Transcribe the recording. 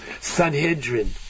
Sanhedrin